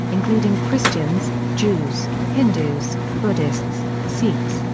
including christians, jews, hindus, buddhists, sikhs,